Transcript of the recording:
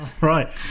Right